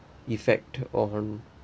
effect on